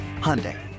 Hyundai